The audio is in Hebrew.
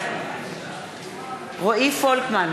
בעד רועי פולקמן,